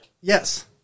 Yes